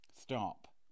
stop